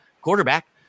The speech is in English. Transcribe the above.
quarterback